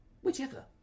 Whichever